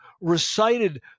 recited